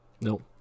Nope